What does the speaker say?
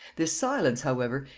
this silence, however,